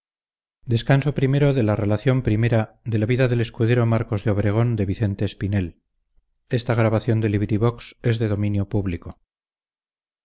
la donosa narración de las aventuras del escudero marcos de obregón